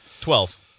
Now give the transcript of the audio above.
Twelve